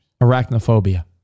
arachnophobia